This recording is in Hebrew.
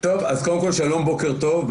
אז, קודם כול, שלום, בוקר טוב.